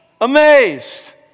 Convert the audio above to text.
amazed